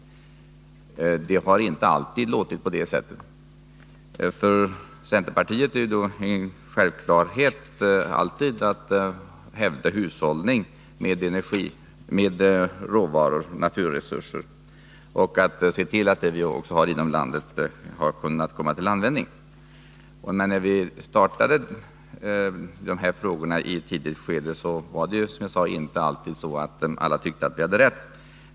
Det har inte alltid låtit på det sättet. För centerpartiet har det alltid varit en självklarhet att hävda hushållning med energi, råvaror och naturresurser och att hävda att det vi har inom landet kommer till användning. När vi i ett tidigt skede började ta upp vissa frågor tyckte inte alla att vi hade rätt.